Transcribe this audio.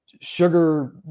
sugar